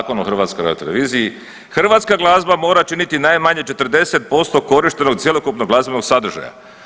Zakona o HRT-u hrvatska glazba mora činiti najmanje 40% korištenog cjelokupnog glazbenog sadržaja.